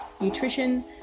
nutrition